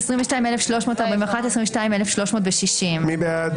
22,361 עד 22,380. מי בעד?